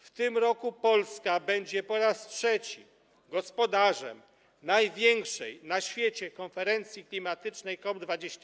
W tym roku Polska będzie po raz trzeci gospodarzem największej na świecie konferencji klimatycznej COP24.